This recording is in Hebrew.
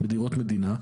דירות מדינה.